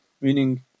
Meaning